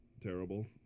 terrible